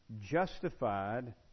justified